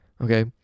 Okay